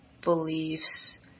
beliefs